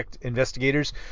investigators